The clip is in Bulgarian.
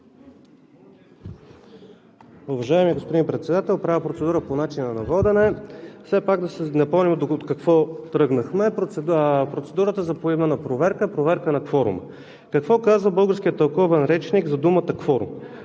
Уважаеми господин Председател, правя процедура по начина на водене. Все пак да напомня от какво тръгнахме? Процедурата за поименна проверка е проверка на кворума. Какво казва Българският тълковен речник за думата „кворум“!